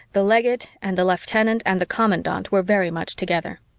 the legate and the lieutenant and the commandant were very much together.